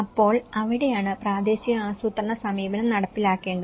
അപ്പോൾ അവിടെയാണ് പ്രാദേശിക ആസൂത്രണ സമീപനം നടപ്പിലാക്കേണ്ടത്